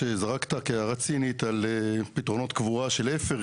שזרקת כהערה צינית על פתרונות קבורה של עפר,